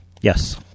Yes